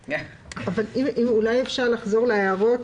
אולי אפשר לחזור להערות